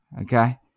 okay